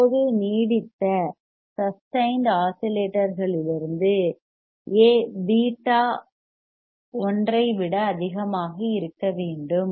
இப்போது நீடித்த sustained sustained ஆஸிலேட்டர்களிலிருந்து A பீட்டா 1 ஐ விட அதிகமாக இருக்க வேண்டும்